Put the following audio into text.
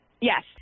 yes